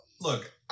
look